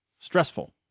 stressful